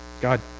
God